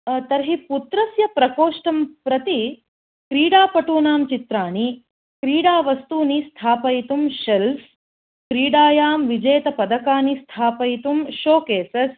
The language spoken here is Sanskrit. तर्हि पुत्रस्य प्रकोष्ठं प्रति क्रीडापटूनां चित्राणि क्रीडावस्तूनि स्थापयितुं शेल्फ् क्रीडायां विजयतपदकानि स्थापयितुं शोकेसेस्